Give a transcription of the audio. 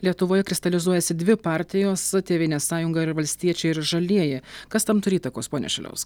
lietuvoje kristalizuojasi dvi partijos tėvynės sąjunga ir valstiečiai ir žalieji kas tam turi įtakos pone šiliauskai